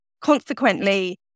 consequently